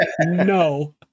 no